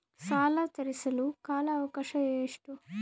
ಸಾಲ ತೇರಿಸಲು ಕಾಲ ಅವಕಾಶ ಎಷ್ಟು?